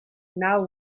now